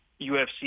UFC